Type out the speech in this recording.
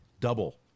Double